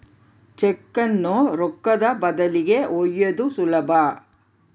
ಚೆಕ್ಕುನ್ನ ರೊಕ್ಕದ ಬದಲಿಗಿ ಒಯ್ಯೋದು ಸುಲಭ